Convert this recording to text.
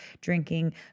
drinking